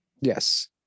yes